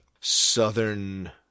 southern